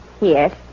Yes